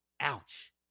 Ouch